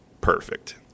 perfect